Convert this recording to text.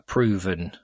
Proven